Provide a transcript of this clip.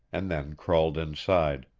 and then crawled inside.